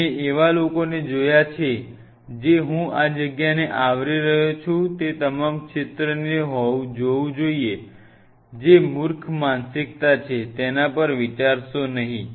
મેં એવા લોકોને જોયા છે જે હું આ જગ્યાને આવરી રહ્યો છું તે તમામ ક્ષેત્રને જોવું જોઈએ જે મૂર્ખ માનસિકતા છે તેના પર વિચારશો નહીં